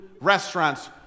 restaurants